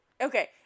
Okay